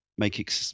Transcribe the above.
make